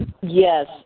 Yes